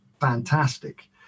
fantastic